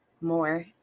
more